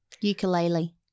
Ukulele